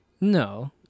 No